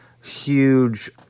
huge